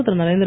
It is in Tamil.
பிரதமர் திரு